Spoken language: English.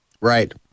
Right